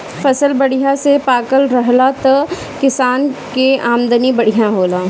फसल बढ़िया से पाकल रहेला त किसान के आमदनी बढ़िया होला